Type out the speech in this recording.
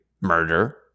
murder